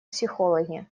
психологи